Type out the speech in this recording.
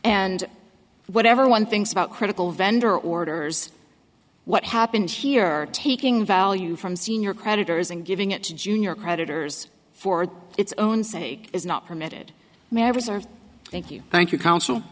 and whatever one thinks about critical vendor orders what happened here taking value from senior creditors and giving it to junior creditors for its own sake is not permitted members are thank you thank you counsel